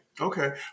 Okay